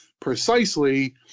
precisely